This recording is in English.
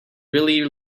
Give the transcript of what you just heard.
really